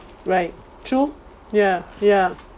right true ya ya